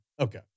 Okay